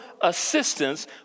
assistance